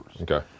Okay